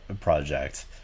project